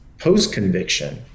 post-conviction